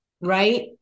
right